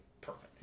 perfect